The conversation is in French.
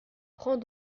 prends